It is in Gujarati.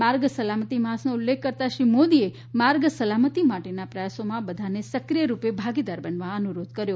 માર્ગ સલામતી માસનો ઉલ્લેખ કરતા શ્રી મોદીએ માર્ગ સલામતી માટેના પ્રયાસોમાં બધાને સક્રિય રૂપે ભાગીદાર બનવા અનુરોધ કર્યો